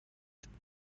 توانید